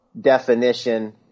definition